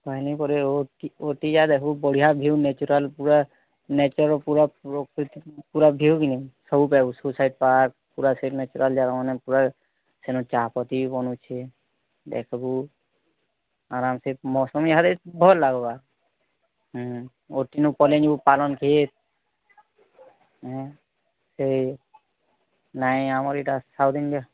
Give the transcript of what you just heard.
କାହିଁ ନାଇଁ କରେ ହୋ ଓଟି ଯା ଦେଖିବୁ ବଢ଼ିଆ ଭିୟ୍ୟୁ ନ୍ୟାଚୁରାଲ୍ ପୁରା ନେଚର୍ ପୁରା ରଖୁଛି ପୁରା ଭିୟ୍ୟୁ ନି ସବୁ ପାଇବ ସୁସାଇଟ୍ ପାର୍କ ପୁରା ସେ ନ୍ୟାଚୁରାଲ୍ ଯାଗାମାନେ ପୁରା ସେନୁ ଚାପତି ବନୁଛି ଦେଖ୍ବୁ ଆରାମ୍ସେ ମୌସମ୍ ୟାହାଡ଼େ ଭଲ୍ ଲାଗ୍ବା ହୁଁ ଓଟିନୁ ପଳେଇ ଯିବୁଁ ପାଳନ୍କ୍ଷେତ୍ ଏଁ ସେ ନାଇଁ ଆମର ଏଇଟା ସାଉଥ୍ ଇଣ୍ଡିଆ